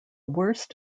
worst